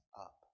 up